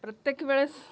प्रत्येक वेळेस